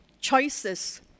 choices